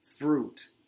fruit